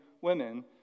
women